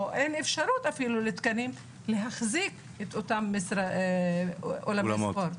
או אין אפשרות אפילו לתקנים להחזיק את אותם אולמות ספורט.